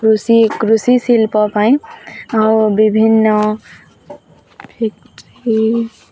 କୃଷି କୃଷିଶିଳ୍ପ ପାଇଁ ଆଉ ବିଭିନ୍ନ ଫେକ୍ଟ୍ରି